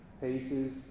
paces